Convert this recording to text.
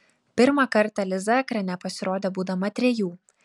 pirmą kartą liza ekrane pasirodė būdama trejų